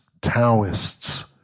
Taoists